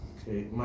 Okay